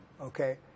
okay